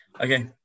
Okay